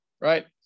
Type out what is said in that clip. right